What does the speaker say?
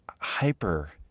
hyper